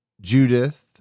Judith